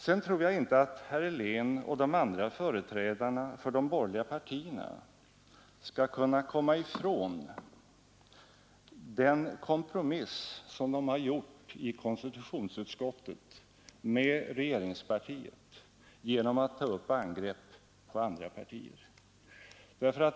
Jag tror inte att herr Helén och de andra företrädarna för de borgerliga partierna kan komma ifrån den kompromiss som de har gjort i konstitutionsutskottet med regeringspartiet genom att ta upp angrepp mot andra partier.